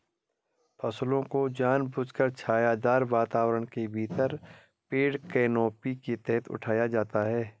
फसलों को जानबूझकर छायादार वातावरण के भीतर पेड़ कैनोपी के तहत उठाया जाता है